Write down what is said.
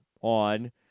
on